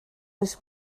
oes